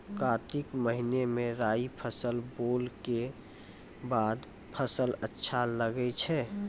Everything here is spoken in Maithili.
कार्तिक महीना मे राई फसल बोलऽ के बाद फसल अच्छा लगे छै